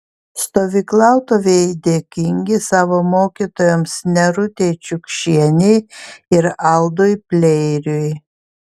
stovyklautojai dėkingi savo mokytojams nerutei čiukšienei ir aldui pleiriui